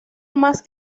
más